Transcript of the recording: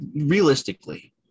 realistically